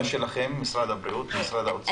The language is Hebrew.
מה התשובה שלכם, משרד הבריאות, משר האוצר?